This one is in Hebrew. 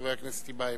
חבר הכנסת טיבייב.